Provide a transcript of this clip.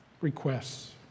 requests